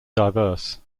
diverse